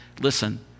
Listen